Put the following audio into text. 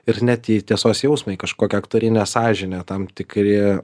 ir net į tiesos jausmą į kažkokią aktorinę sąžinę tam tikri